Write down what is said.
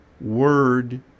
word